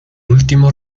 último